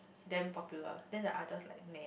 damn popular then the others like